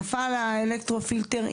נפל האלקטרו-פילטר,